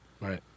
Right